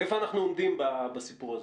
איפה אנחנו עומדים בסיפור הזה?